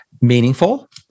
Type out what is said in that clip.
Meaningful